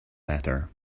better